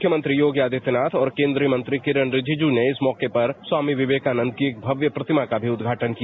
मुख्य मंत्री योगी आदित्य्नाथ और केन्द्रीय मंत्री किरेन रिजिजू ने इस मौके पर स्वारमी विवेकानंद की एक भव्य् प्रतिमा का भी उद्घाटन किया